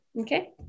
okay